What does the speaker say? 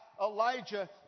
Elijah